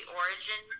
origin